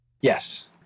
Yes